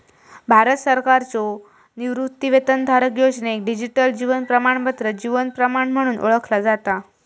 भारत सरकारच्यो निवृत्तीवेतनधारक योजनेक डिजिटल जीवन प्रमाणपत्र जीवन प्रमाण म्हणून ओळखला जाता